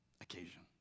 occasion